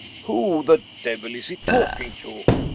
who the devil is he talking to?